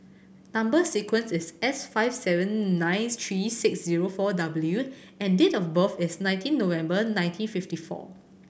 number sequence is S five seven nine three six zero four W and date of birth is nineteen November nineteen fifty four